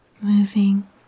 moving